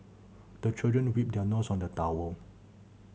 the children wipe their nose on the towel